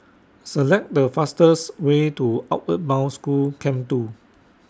Select The fastest Way to Outward Bound School Camp two